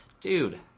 Dude